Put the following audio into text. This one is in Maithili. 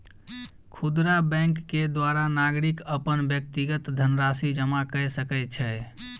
खुदरा बैंक के द्वारा नागरिक अपन व्यक्तिगत धनराशि जमा कय सकै छै